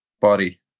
body